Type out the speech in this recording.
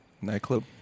Nightclub